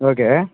okay